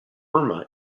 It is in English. irma